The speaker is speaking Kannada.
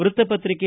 ವೃತ್ತಪತ್ರಿಕೆ